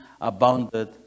abounded